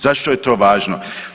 Zašto je to važno?